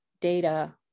data